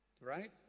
right